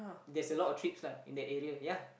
there's a lot of trips lah in that area ya